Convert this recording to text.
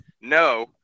no